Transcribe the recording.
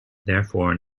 therefore